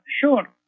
sure